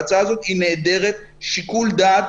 ההצעה הזאת נעדרת שיקול דעת,